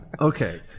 Okay